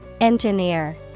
Engineer